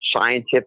scientific